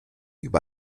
über